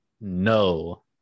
No